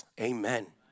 amen